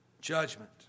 judgment